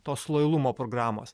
tos lojalumo programos